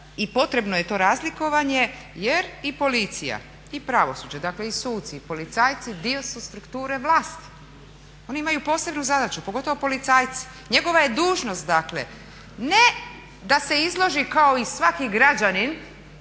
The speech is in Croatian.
i potrebno je to razlikovanje jer i policija i pravosuđe, dakle i suci i policajci dio su strukture vlasti. Oni imaju posebnu zadaću, pogotovo policajci. Njegova je dužnost dakle, ne da se izloži kao i svaki građanin,